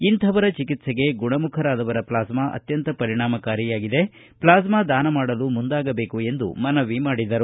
ಇಂತಪವರ ಚಿಕಿತ್ಸೆಗೆ ಗುಣಮುಖರಾದವರ ಪ್ಲಾಸ್ಮಾ ಅತ್ಕಂತ ಪರಿಣಾಮಕಾರಿಯಾಗಿದ್ದು ಪ್ಲಾಸ್ಮಾ ದಾನ ಮಾಡಲು ಮುಂದಾಗಬೆಕು ಎಂದು ಮನವಿ ಮಾಡಿದರು